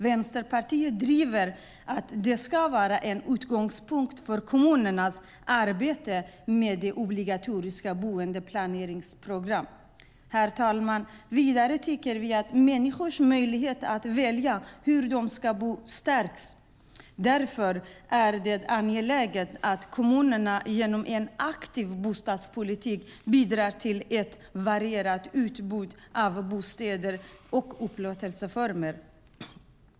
Vänsterpartiet driver att det ska vara en utgångspunkt för kommunernas arbete med det obligatoriska boendeplaneringsprogrammet. Herr talman! Vidare tycker vi att människors möjligheter att välja hur de ska bo bör stärkas. Därför är det angeläget att kommunerna genom en aktiv bostadspolitik bidrar till ett varierat utbud av bostäder och upplåtelseformer.